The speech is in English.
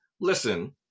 listen